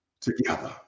together